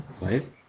right